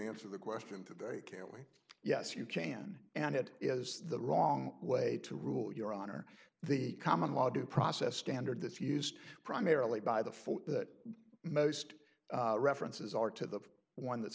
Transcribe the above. answer the question to the carefully yes you can and it is the wrong way to rule your honor the common law due process standard that's used primarily by the th that most references are to the one that's